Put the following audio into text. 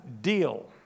deal